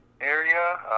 area